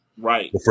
right